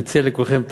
אני מציע לכולכם,